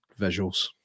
visuals